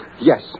yes